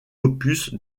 opus